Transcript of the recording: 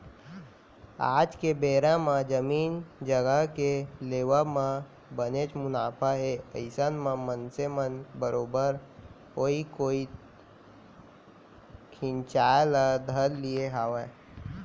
आज के बेरा म जमीन जघा के लेवब म बनेच मुनाफा हे अइसन म मनसे मन बरोबर ओइ कोइत खिंचाय ल धर लिये हावय